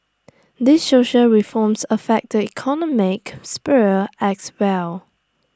these social reforms affect the economic sphere as well